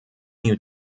new